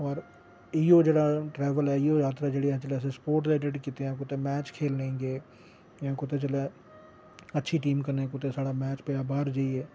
होर इयौ जेह्ड़ा ट्रैवल ऐ इयै जात्तरा जेह्ड़ी स्पोर्टस रिलेटड कीतियां कुतै मैच खेलन गे जां कुतै जेल्लै अच्छी टीम कन्नै कुदै साढ़ा मैच पेआ बाहर जाइयै